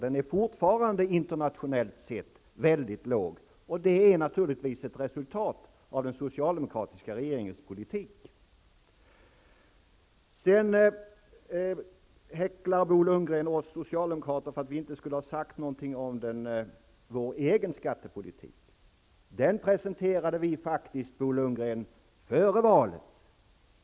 Den är fortfarande mycket låg internationellt sett. Detta är naturligtvis ett resultat av den socialdemokratiska regeringens politik. Bo Lundgren häcklar oss socialdemokrater därför att vi inte skulle ha sagt någonting om vår egen skattepolitik. Vi presenterade faktiskt den skattepolitiken före valet.